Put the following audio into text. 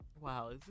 Wow